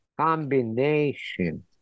combination